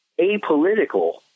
apolitical